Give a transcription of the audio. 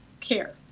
care